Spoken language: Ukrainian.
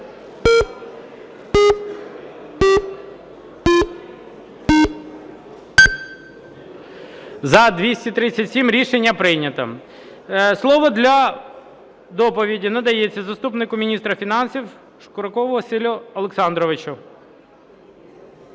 За-237 Рішення прийнято. Слово для доповіді надається заступнику міністра фінансів Шкуракову Василю Олександровичу.